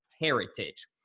heritage